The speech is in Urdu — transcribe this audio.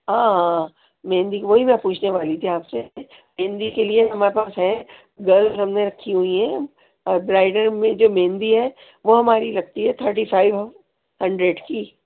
ہاں ہاں مہندی کا وہی میں پوچھنے والی تھی آپ سے مہندی کے لیے ہمارے پاس ہیں گرلس ہم نے رکھی ہوئی ہے اور برائیڈل میں جو مہندی ہے وہ ہماری لگتی ہے تھرٹی فائیو ہنڈریڈ کی